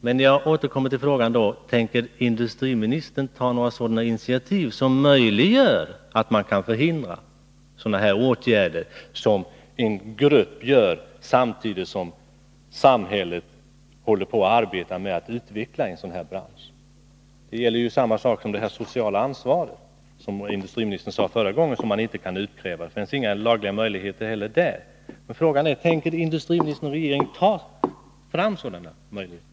Men jag återkommer då till frågan: Tänker industriministern ta några initiativ som möjliggör att man kan förhindra sådana åtgärder som en grupp aktieägare vidtar samtidigt som samhället arbetar på att utveckla en sådan här bransch? Det gäller samma sak här som i fråga om det sociala ansvaret, vilket industriministern sade att man inte kan utkräva. Det finns inte heller där några lagliga möjligheter. Men frågan är: Tänker industriministern och regeringen ta fram sådana möjligheter?